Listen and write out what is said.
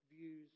views